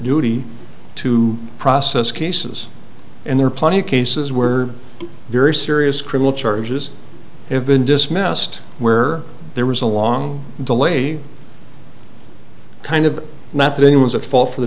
duty to process cases and there are plenty of cases were very serious criminal charges have been dismissed where there was a long delay kind of not the humans at fault for the